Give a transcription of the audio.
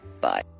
Bye